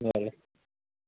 ल ल